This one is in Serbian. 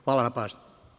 Hvala na pažnji.